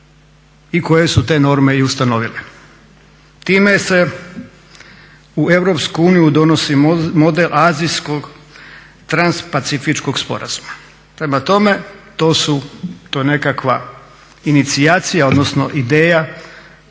i koje su te norme i ustanovile. Time se u Europsku uniju donosi model azijskog transpacifičkog sporazuma. Prema tome, to je nekakva inicijacija odnosno ideja